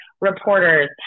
reporters